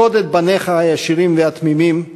פקוד את בניך הישרים והתמימים,